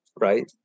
right